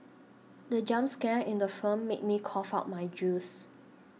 the jump scare in the firm made me cough out my juice